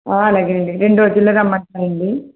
అలాగేనండి రెండు రోజుల్లో రమ్మంటారండీ